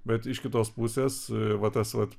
bet iš kitos pusės va tas vat